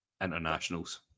internationals